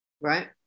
Right